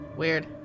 Weird